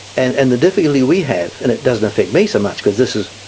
and and the difficulty we have, and it doesn't affect me so much because this is,